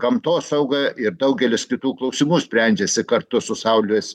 gamtosauga ir daugelis kitų klausimų sprendžiasi kartu su saulės